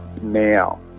now